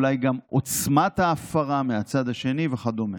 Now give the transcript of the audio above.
אולי גם עוצמת ההפרה מהצד השני וכדומה.